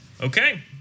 Okay